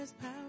power